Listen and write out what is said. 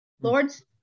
lords